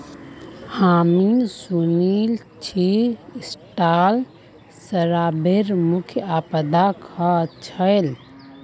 हामी सुनिल छि इटली शराबेर मुख्य उत्पादक ह छिले